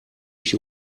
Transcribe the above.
ich